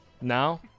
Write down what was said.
Now